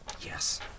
Yes